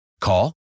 Call